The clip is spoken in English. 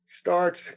starts